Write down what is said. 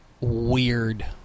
weird